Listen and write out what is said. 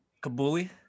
Kabuli